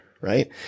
Right